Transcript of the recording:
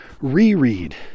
reread